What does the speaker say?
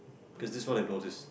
cause this is what I've notice